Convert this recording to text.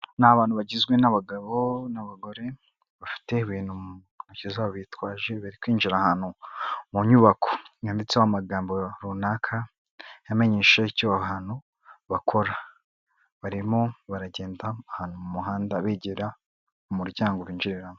Ni abantu bagizwe n'abagabo n'abagore bafite ibintu mu ntoki zabo bitwaje, bari kwinjira ahantu mu nyubako handitseho amagambo runaka amenyesha icyo aho hantu bakora, barimo baragenda ahantu mu muhanda begera mu muryango binjiriramo.